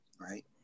right